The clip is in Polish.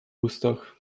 ustach